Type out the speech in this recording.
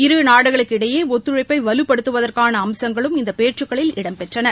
இரு நாடுகளுக்கு இடையே ஒத்துழைப்பை வலுப்படுத்துவதற்கான அம்சங்களும் இந்த பேச்சுக்களில் இடம்பெற்றன